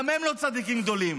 גם הם לא צדיקים גדולים.